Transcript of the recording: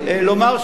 כלומר,